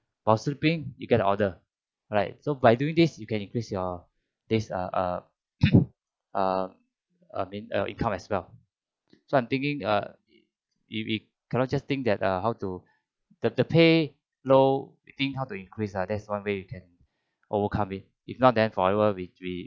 while sleeping you get the order right so by doing this you can increase your this err err err I mean err income as well so I'm thinking err if it cannot just think that err how to the the pay low I think how to increase ah that's one way you can overcome it if not then forever we we